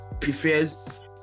prefers